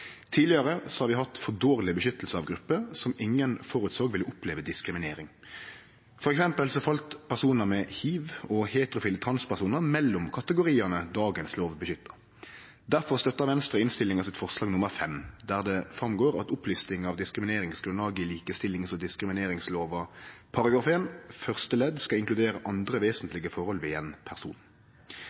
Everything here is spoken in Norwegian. Tidlegare har vi hatt for dårleg beskyttelse av grupper som ingen såg føre seg ville oppleve diskriminering. For eksempel fell personar med hiv og heterofile transpersonar mellom kategoriane lova av i dag beskyttar. Difor støttar Venstre forslag nr. 5 i innstillinga til sak nr. 6, der det går fram at opplisting av diskrimineringsgrunnlag i likestillings- og diskrimineringslova § 1 første ledd skal inkludere andre vesentlege forhold ved ein person.